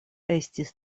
estis